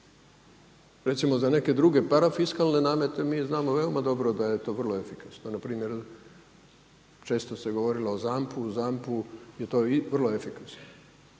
Recimo za neke druge parafiskalne namete mi znamo veoma dobro da je to vrlo efikasno. Na primjer često se govorilo o ZAMP-u. U ZAMP-u je to vrlo efikasno.